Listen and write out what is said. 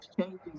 changes